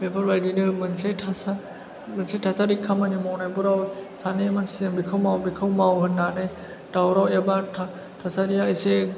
बेफोर बायदिनो मोनसे थासारि खामानि मावनायफोराव सानै मानसिजों बेखौ माव बेखौ माव होन्नानै दावराव एबा थासारिया एसे